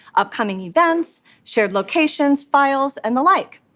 upcoming events, shared locations, files, and the like.